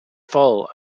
full